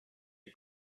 had